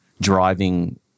driving